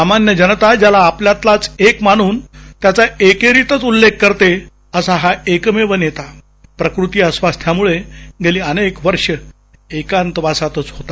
सामान्य जनता ज्याला आपल्यातलाच एक मानून त्याचा एकेरीतच उल्लेख करते असा हा एकमेव नेता प्रकृती अस्वास्थ्यामुळे गेली अनेक वर्ष एकांतवासातच होता